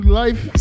life